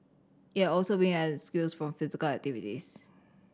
he had also been excused from physical activities